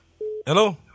hello